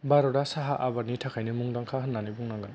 भारता साहा आबादनि थाखायनो मुंदांखा होनना बुंनांगोन